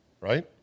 right